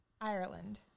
Ireland